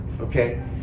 Okay